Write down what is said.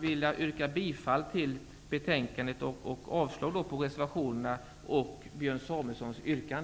vill jag yrka bifall till hemställan i betänkandet och avslag på reservationerna och Björn Samuelsons yrkande.